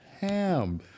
ham